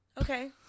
Okay